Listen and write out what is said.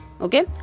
okay